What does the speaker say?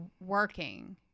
working